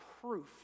proof